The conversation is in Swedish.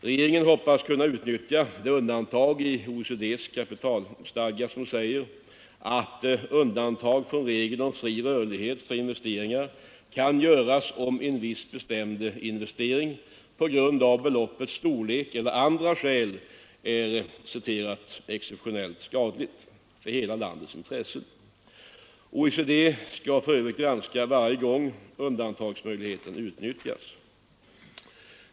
Regeringen hoppas kunna utnyttja det undantag i OECD:s kapitalstadga som säger, att undantag från regeln om fri rörlighet för investeringar kan få göras om en viss bestämd investering på grund av beloppets storlek eller andra skäl är ”exceptionellt skadlig” för hela landets intressen. OECD skall för övrigt granska varje gång undantagsmöjligheten utnyttjas.